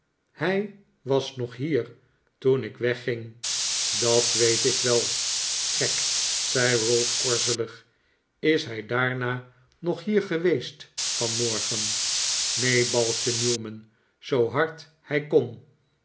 hij was nog hier toen ik wegging dat weet ik wel gek zei ralph korzelig is hij daarna nog hier geweest vanmorgen neen balkte newman zoo hard hij kon